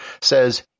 says